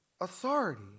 authority